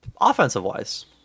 Offensive-wise